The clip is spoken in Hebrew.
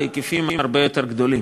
בהיקפים הרבה יותר גדולים.